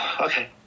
okay